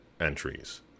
entries